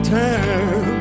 time